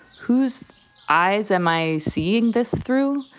whose eyes am i seeing this through?